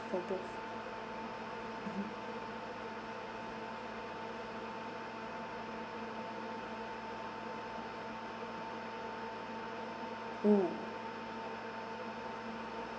for both oh